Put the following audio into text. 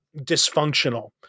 dysfunctional